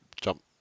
jump